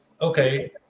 Okay